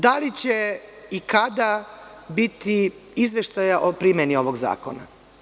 Da li će i kada biti izveštaja o primeni ovog zakona?